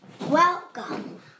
Welcome